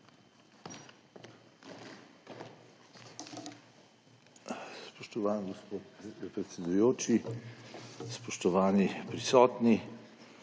Spoštovan gospod predsedujoči, spoštovani prisotni!